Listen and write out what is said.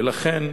ולכן,